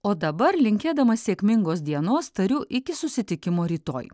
o dabar linkėdama sėkmingos dienos tariu iki susitikimo rytoj